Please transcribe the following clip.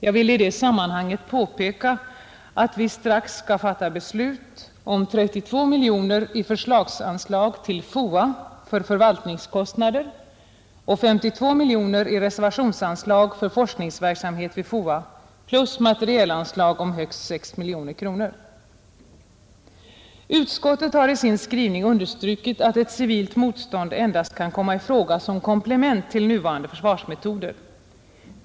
Jag vill i det här sammanhanget påpeka att vi strax skall fatta beslut om 32 miljoner i förslagsanslag till FOA för förvaltningskostnader och 52 miljoner i reservationsanslag för forskningsverksamhet vid FOA plus materielanslag om högst 6 miljoner kronor. Utskottet har i sin skrivning understrukit att ett civilt motstånd endast kan komma i fråga som komplement till nuvarande försvarsmetoder.